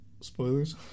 Spoilers